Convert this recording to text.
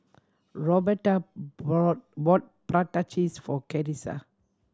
Roberta brought prata cheese for Carissa